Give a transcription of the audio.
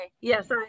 Yes